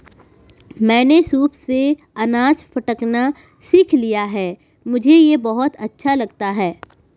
मैंने सूप से अनाज फटकना सीख लिया है मुझे यह बहुत अच्छा लगता है